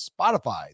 Spotify